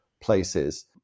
places